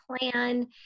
plan